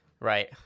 Right